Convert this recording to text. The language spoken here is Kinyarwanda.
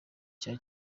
cya